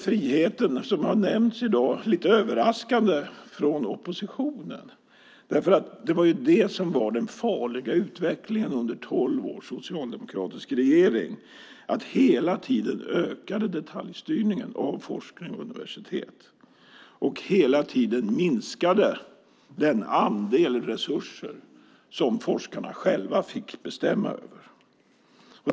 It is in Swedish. Friheten har lite överraskande nämnts i dag från oppositionen. Det var ju den farliga utvecklingen under tolv års socialdemokratisk regering. Detaljstyrningen av forskning och universitet ökade hela tiden, och den andel resurser som forskarna själva fick bestämma över minskade hela tiden.